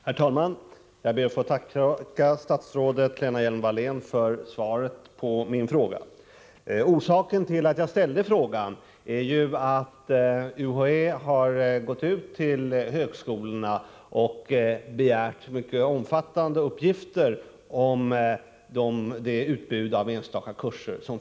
Herr talman! Jag ber att få tacka statsrådet Lena Hjelm-Wallén för svaret på min fråga. Orsaken till att jag ställde frågan är att UHÄ har gått ut till högskolorna och begärt mycket ingående uppgifter om utbudet av enstaka kurser.